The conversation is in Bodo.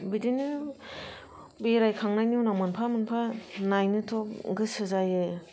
बिदिनो बेरायखांनायनि उनाव मोनफा मोनफा नायनोथ' गोसो जायो